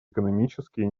экономические